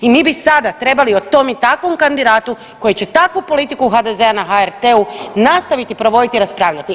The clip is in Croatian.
I mi bi sada trebali o tom i takvom kandidatu koji će takvu politiku HDZ-a na HRT-u nastaviti provoditi i raspravljati.